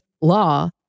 law